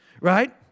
Right